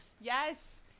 Yes